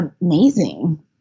amazing